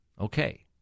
Okay